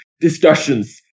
discussions